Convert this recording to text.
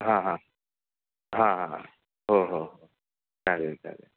हां हां हां हां हां हो हो हो चालेल चालेल हां